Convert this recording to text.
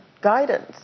guidance